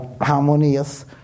harmonious